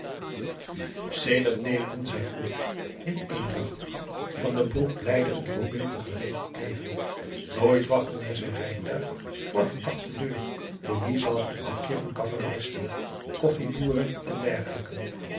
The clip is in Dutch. sedert leefden zij voort in eendracht van den broek leidde een voorbeeldig geregeld leven nooit wachtte meer zijn rijtuig voor verdachte deuren louise had een afkeer van cavaleristen koffieboeren en dergelijken